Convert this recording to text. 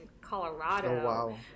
Colorado